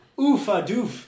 Oof-a-doof